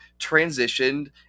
transitioned